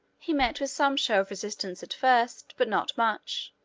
he met with some show of resistance at first, but not much.